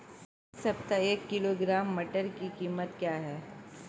इस सप्ताह एक किलोग्राम मटर की कीमत क्या है?